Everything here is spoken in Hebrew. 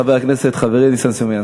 חבר הכנסת חברי ניסן סלומינסקי.